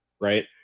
Right